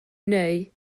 neu